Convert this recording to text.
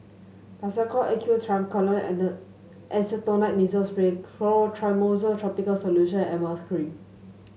Nasacort A Q Triamcinolone Acetonide Nasal Spray Clotrimozole Topical Solution and Emla Cream